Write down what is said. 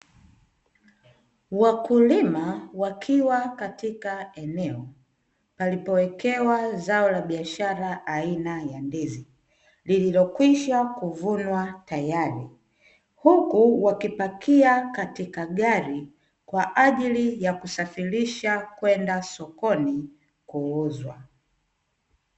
Wakulima wakiwa katika eneo palipowekewa zao la biashara aina ya ndizi, lililokwisha kuvunwa tayari. Huku wakipakia katika gari tayari kwa ajili ya kusafirisha kwenda sokoni kuuzwa.